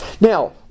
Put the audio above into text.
Now